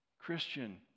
Christian